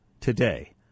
today